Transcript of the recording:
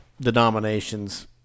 denominations